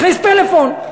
הכניס פלאפון,